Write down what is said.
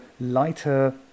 lighter